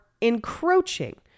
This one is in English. encroaching